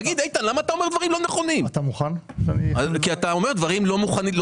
איתן, למה אתה אומר דברים לא נכונים?